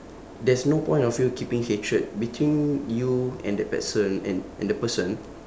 there's no point of you keeping hatred between you and that person and and the person